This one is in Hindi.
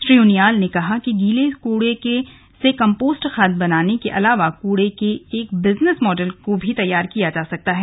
श्री उनियाल ने कहा कि गीले कड़े से कम्पोस्ट खाद बनाने के अलावा कड़े से एक बिजनेस मॉडल भी तैयार किया जा सकता है